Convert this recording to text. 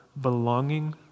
belonging